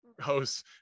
host